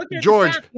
George